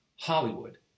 Hollywood